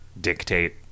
Dictate